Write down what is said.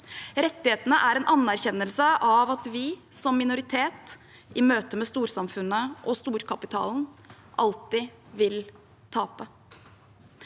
Rettighetene er en anerkjennelse av at vi, som minoritet, i møte med storsamfunnet, og storkapitalen, alltid vil tape.